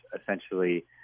essentially